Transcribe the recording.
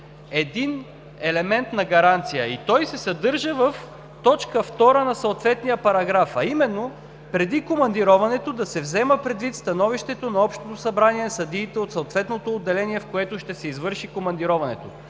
един елемент на гаранция, и той се съдържа в т. 2 на съответния параграф, а именно: преди командироването да се взема предвид становището на Общото събрание на съдиите от съответното отделение, в което ще се извърши командироването.